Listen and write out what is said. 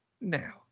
now